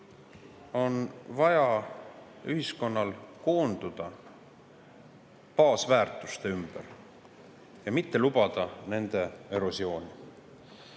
on vaja ühiskonnal koonduda baasväärtuste ümber ja mitte lubada nende erosiooni.